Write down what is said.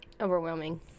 Overwhelming